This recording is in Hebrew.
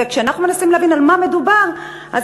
וכשאנחנו מנסים להבין על מה מדובר אנחנו